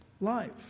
life